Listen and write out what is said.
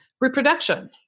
reproduction